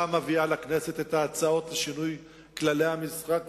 מביאה לכנסת את ההצעות לשינוי כללי המשחק,